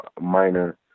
minor